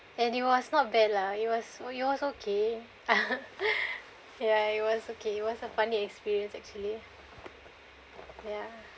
and it was not bad lah it was it was okay ya it was okay it was a funny experience actually ya